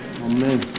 Amen